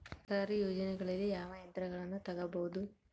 ಸರ್ಕಾರಿ ಯೋಜನೆಗಳಲ್ಲಿ ಯಾವ ಯಂತ್ರಗಳನ್ನ ತಗಬಹುದು?